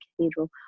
cathedral